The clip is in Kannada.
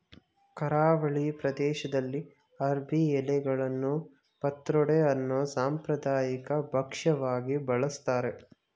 ಕರಾವಳಿ ಪ್ರದೇಶ್ದಲ್ಲಿ ಅರ್ಬಿ ಎಲೆಗಳನ್ನು ಪತ್ರೊಡೆ ಅನ್ನೋ ಸಾಂಪ್ರದಾಯಿಕ ಭಕ್ಷ್ಯವಾಗಿ ಬಳಸ್ತಾರೆ